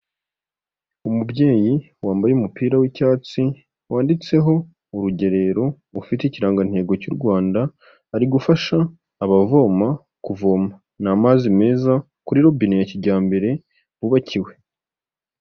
Umubyeyi wambaye umupira w'icyatsi wanditseho urugerero ufite ikirangantego cy'u Rwanda ari gufasha abavoma kuvoma, ni amazi meza kuri robine ya kijyambere bubakiwe.